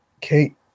Kate